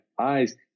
eyes